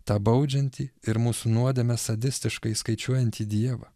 tą baudžiantį ir mūsų nuodėmes sadistiškai skaičiuojantį dievą